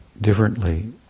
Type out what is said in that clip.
differently